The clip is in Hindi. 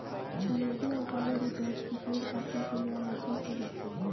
लुगदी और कागज उद्योग की पेड़ काटने के लिए आलोचना की जाती है